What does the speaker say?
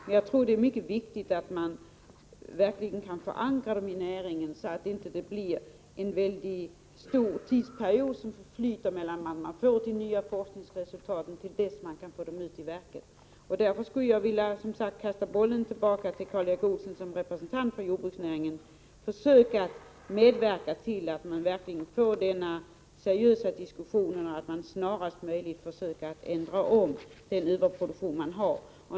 Det är emellertid mycket viktigt att förslagen verkligen förankras i näringen, så att inte lång tid förflyter från det att de nya forskningsresultaten kommer och till dess att de kan börja tillämpas. Jag vill, som sagt, kasta bollen tillbaka till Karl Erik Olsson som representant för jordbruksnäringen: Försök medverka till att starta en seriös diskussion och till att jordbruket snarast möjligt åtgärdar sin överproduktion!